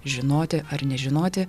žinoti ar nežinoti